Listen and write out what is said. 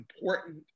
important